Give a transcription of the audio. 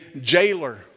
jailer